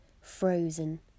frozen